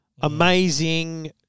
amazing